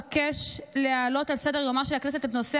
אבקש להעלות על סדר-יומה של הכנסת את נושא